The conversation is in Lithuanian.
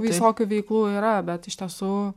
visokių veiklų yra bet iš tiesų